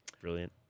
Brilliant